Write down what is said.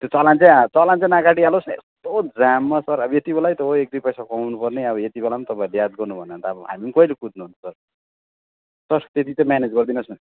त्यो चलान चाहिँ आँ चलान चाहिँ नकाटी हालोस् यस्तो जाममा सर यति बेलै त हो एक दुई पैसा कमाउनु पर्ने अब यति बेला पनि तपाईँहरूले याद गर्नु भएन भने त अब हामी पनि कहिले कुद्नु अन्त सर त्यत्ति चाहिँ म्यानेज गरिदिनुहोस् न